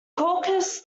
caucus